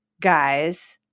guys